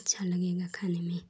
अच्छी लगेगी खाने में